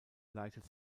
leitet